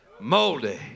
moldy